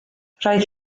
roedd